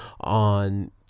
on